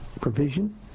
provision